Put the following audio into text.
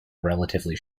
relatively